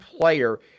player